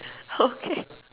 okay